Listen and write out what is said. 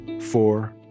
four